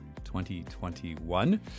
2021